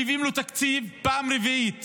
שמביאים לו תקציב פעם רביעית